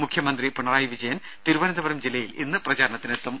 മുഖ്യമന്ത്രി പിണറായി വിജയൻ തിരുവനന്തപുരം ജില്ലയിൽ ഇന്ന് പ്രചാരണത്തിനെത്തും